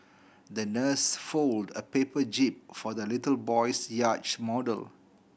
the nurse folded a paper jib for the little boy's yacht model